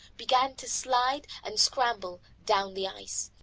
began to slide and scramble down the ice.